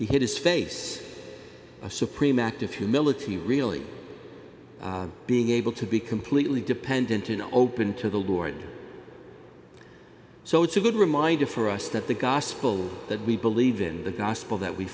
he had his face a supreme act of humility really being able to be completely dependent and open to the lord so it's a good reminder for us that the gospel that we believe in the gospel that we